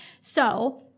So-